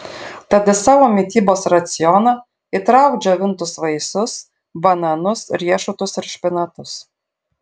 tad į savo mitybos racioną įtrauk džiovintus vaisius bananus riešutus ir špinatus